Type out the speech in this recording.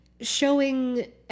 showing